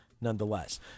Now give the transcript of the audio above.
nonetheless